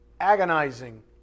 agonizing